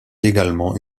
également